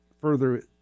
further